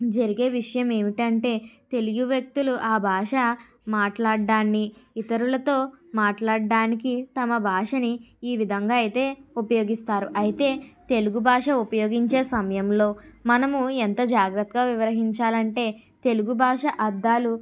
జరిగే విషయం ఏమిటంటే తెలుగు వ్యక్తులు ఆ భాష మాట్లాడాన్ని ఇతరులతో మాట్లాడ్డానికి తమ భాషని ఈ విధంగా అయితే ఉపయోగిస్తారు అయితే తెలుగు భాష ఉపయోగించే సమయంలో మనము ఎంత జాగ్రత్తగా వివరించాలంటే తెలుగు భాష అర్ధాలు